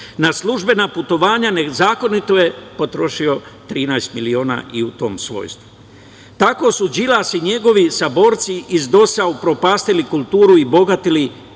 Na službena putovanja nezakonito je potrošio 13 miliona i u tom svojstvu. Tako su Đilas i njegovi saborci iz DOS-a upropastili kulturu i bogatili